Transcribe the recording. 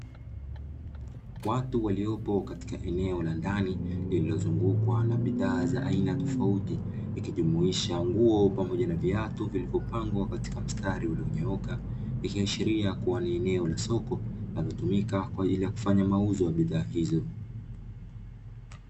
Watu waliopo katika eneo la ndani lililozungukwa na bidhaa za aina tofauti, ikijumuisha nguo pamoja na viatu vilivyopangwa katika mistari ulionyooka, ikiashiriakuw ni eneo la soko linalotumika kwa ajili ya kufanya mauzo ya bidhaa hizo.